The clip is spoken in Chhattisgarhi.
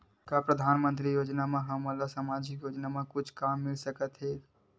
का परधानमंतरी योजना से हमन ला सामजिक योजना मा कुछु काम मिल सकत हे?